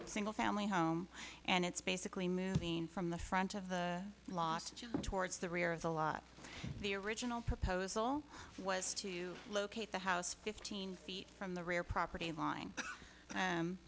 single family home and it's basically moved from the front of the last towards the rear of the lot the original proposal was to locate the house fifteen feet from the rear property line